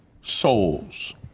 Souls